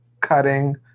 cutting